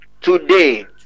today